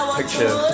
picture